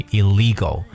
illegal